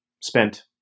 Spent